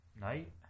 night